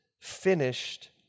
finished